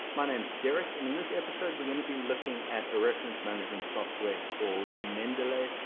my name is derek and in this episode we're gonna be looking at a reference management software called mendeley.